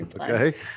Okay